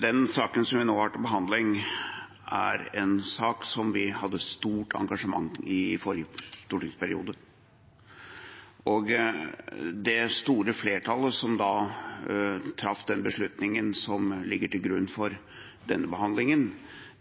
Den saken vi nå har til behandling, er en sak som vi hadde stort engasjement for i forrige stortingsperiode. Det store flertallet som da traff den beslutningen som ligger til grunn for denne behandlingen,